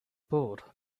bored